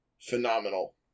phenomenal